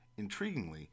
Intriguingly